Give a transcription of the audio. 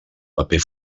paper